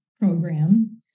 program